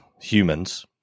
humans